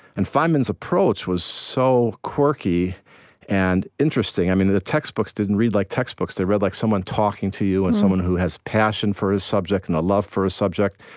and feynman's approach was so quirky and interesting. i mean, the textbooks didn't read like textbooks they read like someone talking to you, and someone who has passion for a subject, and a love for a subject.